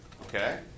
Okay